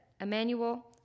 Emmanuel